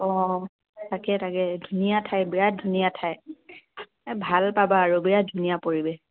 অ' তাকে তাকে ধুনীয়া ঠাই বিৰাত ধুনীয়া ঠাই এ ভাল পাবা আৰু বিৰাট ধুনীয়া পৰিৱেশ